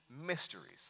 mysteries